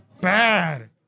bad